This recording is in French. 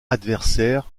adversaire